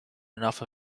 enough